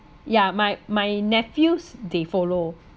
ya my my nephews they follow